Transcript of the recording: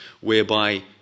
whereby